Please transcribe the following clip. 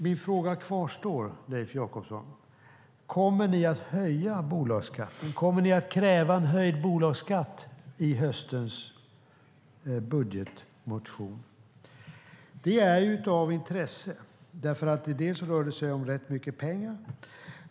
Min fråga till Leif Jakobsson kvarstår: Kommer ni att höja bolagsskatten, kommer ni att kräva en höjd bolagsskatt i höstens budgetmotion? Det är av intresse, för det rör sig om rätt mycket pengar.